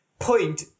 point